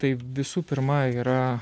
tai visų pirma yra